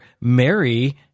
Mary